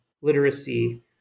literacy